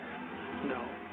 No